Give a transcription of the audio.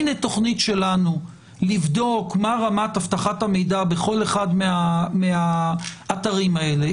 הנה תוכנית שלנו לבדוק מה רמת אבטחת המידע בכל אחד מהאתרים האלה.